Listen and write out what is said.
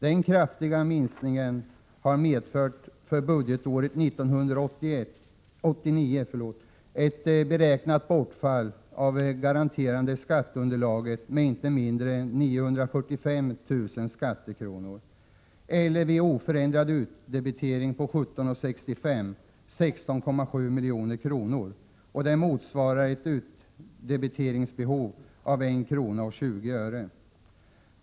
Den kraftiga minskningen medför för budgetåret 1989 ett beräknat bortfall för skatteunderlag med inte mindre än 945 000 skattekronor eller 16,7 milj.kr. vid oförändrad utdebitering på 17:65 kr. Det motsvarar ett utdebiteringsbehov av ca 1:20 kr.